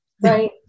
Right